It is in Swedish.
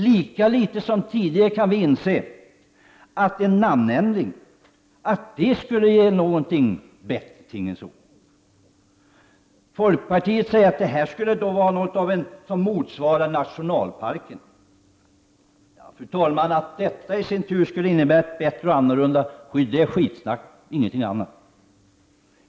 Lika litet som tidigare kan vi inse att en namnändring skulle skapa en bättre tingens ordning. Folkpartiet menar att det skulle bli fråga om ett slags motsvarighet till nationalparker. Att detta i sin tur skulle innebära något bättre skydd är skitsnack, ingenting annat.